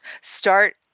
start